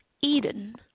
Eden